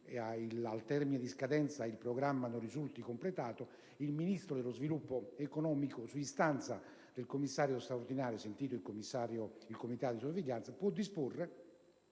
al termine di scadenza il programma non risulti completato il Ministro dello sviluppo economico, su istanza del commissario straordinario, sentito il comitato di sorveglianza, può disporre